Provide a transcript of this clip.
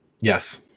Yes